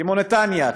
כמו נתניה,